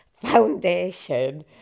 foundation